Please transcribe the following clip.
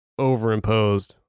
overimposed